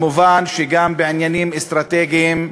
מובן שגם בעניינים אסטרטגיים,